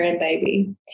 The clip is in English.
grandbaby